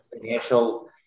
financial